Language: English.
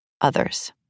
others